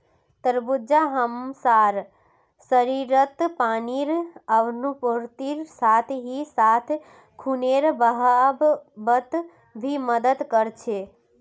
तरबूज हमसार शरीरत पानीर आपूर्तिर साथ ही साथ खूनेर बहावत भी मदद कर छे